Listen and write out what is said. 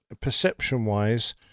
perception-wise